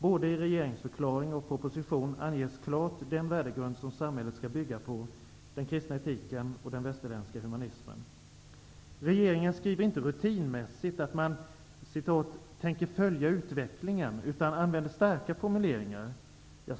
Både i regeringsförklaringen och i propositionen anges klart den värdegrund som samhället skall bygga på: den kristna etiken och den västerländska humanismen. Regeringen skriver inte rutinmässigt att man tänker ''följa utvecklingen'' utan använder starka formuleringar.